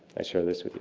i share this with you.